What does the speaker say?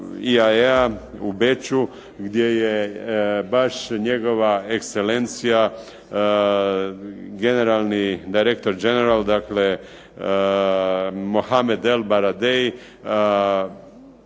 EAEA u Beču gdje je baš njegova ekscelencija, generalni, direktor general dakle Mohamed ElBaradei